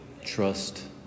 trust